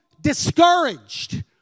discouraged